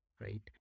right